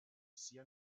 sia